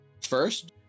first